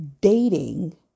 dating